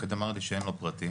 המוקד אמר לי שאין לו פרטים,